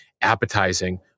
appetizing